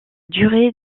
durée